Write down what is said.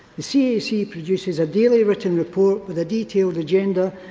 the cac produces a daily written report with a detailed agenda,